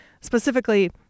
specifically